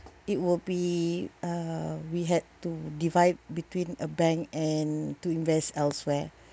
it will be uh we had to divide between a bank and to invest elsewhere